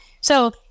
So-